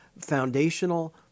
foundational